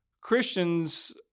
Christians